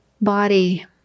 body